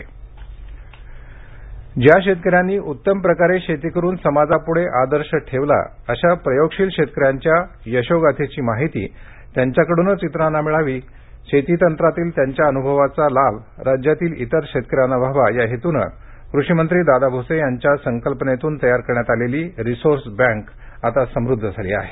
resource bank ज्या शेतकऱ्यांनी उत्तम प्रकारे शेती करून समाजापुढे आदर्श ठेवला अशा प्रयोगशील शेतकऱ्यांच्या यशोगाथेची माहिती त्यांचेकडूनच इतरांना मिळावी शेतीतंत्रातील त्यांच्या अनुभवाचा फायदा राज्यातील इतर शेतकऱ्यांना व्हावा या हेतून कृषी मंत्री दादा भुसे यांच्या संकल्पनेतून तयार करण्यात आलेली रिसोर्स बँक आता समृद्ध झाली आहे